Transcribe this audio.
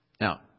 Now